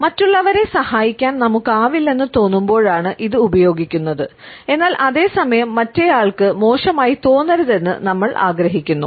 മറ്റുള്ളവരെ സഹായിക്കാൻ നമുക്കാവില്ലെന്ന് തോന്നുമ്പോഴാണ് ഇത് ഉപയോഗിക്കുന്നത് എന്നാൽ അതേ സമയം മറ്റേയാൾക്ക് മോശമായി തോന്നരുതെന്ന് നമ്മൾ ആഗ്രഹിക്കുന്നു